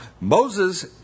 Moses